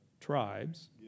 tribes